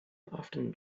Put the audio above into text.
often